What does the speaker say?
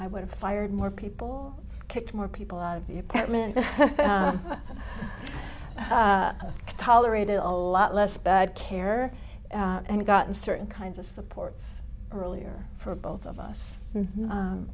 i would have fired more people kicked more people out of the apartment and tolerated all a lot less bad care and gotten certain kinds of supports earlier for both of us